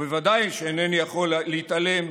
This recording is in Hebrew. וודאי שאינני יכול להתעלם,